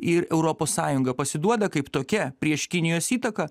ir europos sąjunga pasiduoda kaip tokia prieš kinijos įtaką